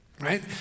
Right